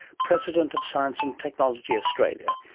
president of science and technology australia,